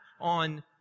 on